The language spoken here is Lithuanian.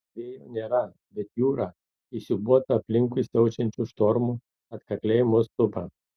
vėjo nėra bet jūra įsiūbuota aplinkui siaučiančių štormų atkakliai mus supa